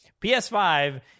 PS5